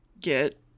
get